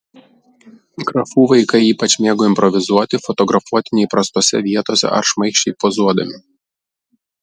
grafų vaikai ypač mėgo improvizuoti fotografuoti neįprastose vietose ar šmaikščiai pozuodami